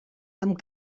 amb